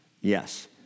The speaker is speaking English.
Yes